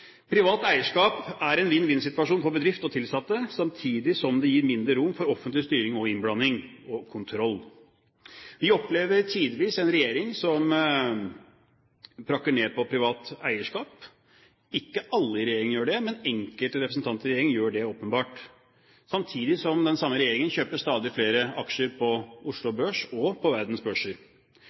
Privat eierskap er en vinn-vinn-situasjon for bedrift og tilsatte, samtidig som det gir mindre rom for offentlig styring, innblanding og kontroll. Vi opplever tidvis en regjering som rakker ned på privat eierskap – ikke alle i regjeringen gjør det, men enkelte medlemmer i regjeringen gjør det åpenbart – samtidig som den samme regjeringen kjøper stadig flere aksjer på Oslo Børs og på verdens børser.